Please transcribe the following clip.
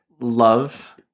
love